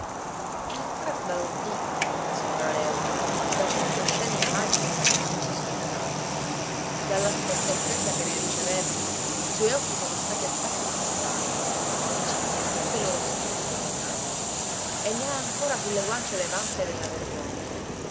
è ancora sbalordita la signora léuca da certe oscene immagini di vizi insospettati dalla stessa offesa che ne ricevevano i suoi occhi sono stati attratti a fissarle precise in tutto il loro schifo quelle immagini e ne ha ancora sulle guance le vampe della vergogna